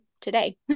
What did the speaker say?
today